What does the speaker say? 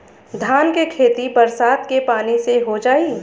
धान के खेती बरसात के पानी से हो जाई?